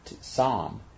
psalm